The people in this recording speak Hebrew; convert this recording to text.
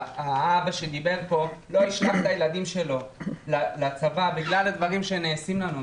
האבא שדיבר פה לא ישלח את הילדים שלו לצבא בגלל הדברים שנעשים לנו,